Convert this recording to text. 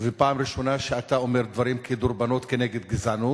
ופעם ראשונה שאתה אומר דברים כדרבונות כנגד גזענות,